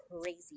crazy